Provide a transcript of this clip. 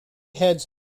heads